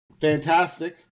fantastic